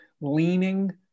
leaning